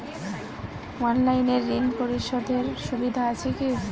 অনলাইনে ঋণ পরিশধের সুবিধা আছে কি?